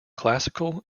classical